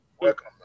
Welcome